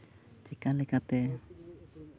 ᱪᱮᱠᱟ ᱞᱮᱠᱟᱛᱮ